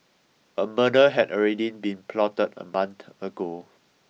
a murder had already been plotted a month ago